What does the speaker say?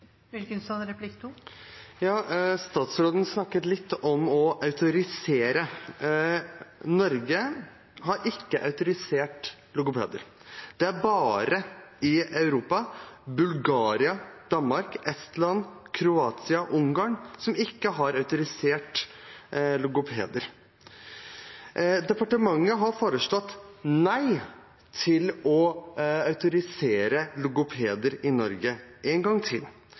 Statsråden snakket litt om å autorisere. Norge har ikke autorisert logopeder. I Europa er det bare Bulgaria, Danmark, Estland, Kroatia og Ungarn som ikke har autorisert logopeder. Departementet har sagt nei til å autorisere logopeder i Norge – en gang til.